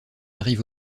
arrive